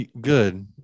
good